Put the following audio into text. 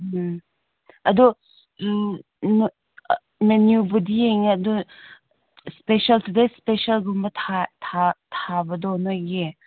ꯎꯝ ꯑꯗꯣ ꯃꯦꯅ꯭ꯌꯨꯕꯨꯗꯤ ꯌꯦꯡꯉꯦ ꯑꯗꯣ ꯁ꯭ꯄꯦꯁꯦꯜ ꯇꯨꯗꯦꯁ ꯁ꯭ꯄꯦꯁꯦꯜꯒꯨꯝꯕ ꯊꯥꯕꯗꯣ ꯅꯣꯏꯒꯤ